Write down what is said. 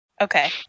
Okay